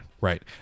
Right